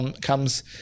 comes